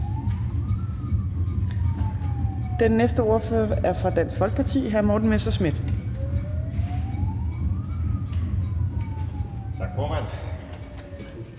Den næste ordfører er fra Dansk Folkeparti, og det er hr. Morten Messerschmidt. Kl.